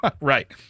Right